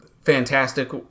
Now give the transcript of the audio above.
fantastic